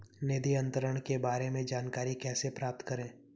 निधि अंतरण के बारे में जानकारी कैसे प्राप्त करें?